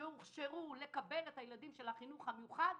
שהוכשרו לקבל את הילדים של החינוך המיוחד,